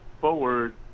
forward